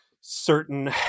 certain